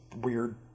weird